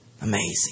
Amazing